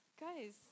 Guys